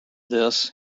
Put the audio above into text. this